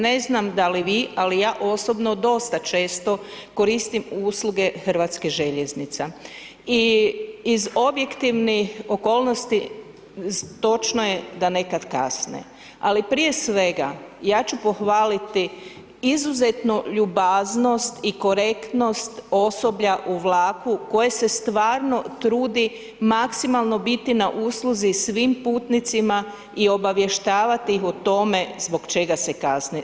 Ne znam da li vi, ali ja osobno dosta često koristim usluge HŽ-a i iz objektivnih okolnosti, točno je da nekad kasne, ali prije svega, ja ću pohvaliti izuzetnu ljubaznosti i korektnost osoblja u vlaku koje se stvarno trudi maksimalno biti na usluzi svim putnicima i obavještavati ih o tome zbog čega se kasni.